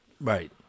right